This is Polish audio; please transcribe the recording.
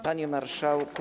Panie Marszałku!